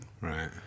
right